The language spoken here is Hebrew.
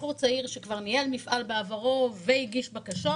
בחור צעיר, שכבר ניהל מפעל בעברו והגיש בקשות.